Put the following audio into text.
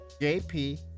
JP